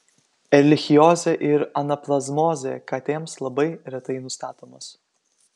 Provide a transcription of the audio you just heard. erlichiozė ir anaplazmozė katėms labai retai nustatomos